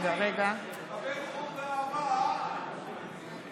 בגין, בנימין, מקבל חום ואהבה, אה?